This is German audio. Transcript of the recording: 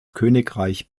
königreich